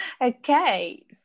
Okay